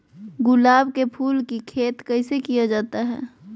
गुलाब के फूल की खेत कैसे किया जाता है?